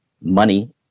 money